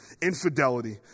infidelity